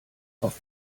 auf